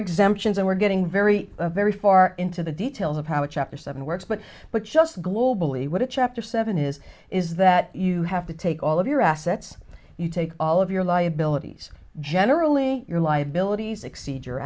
exemptions and we're getting very very far into the details of how the chapter seven works but but just globally what a chapter seven is is that you have to take all of your assets you take all of your liabilities generally your liabilities exceed your